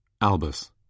Albus